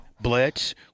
Blitz